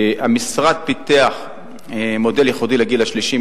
המשרד פיתח מודל ייחודי לגיל השלישי.